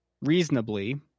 reasonably